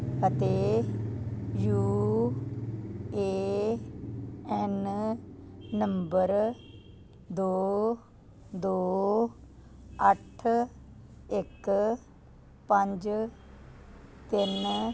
ਅਤੇ U A N number ਦੋ ਦੋ ਅੱਠ ਇੱਕ ਪੰਜ ਤਿੰਨ